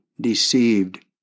deceived